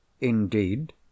Indeed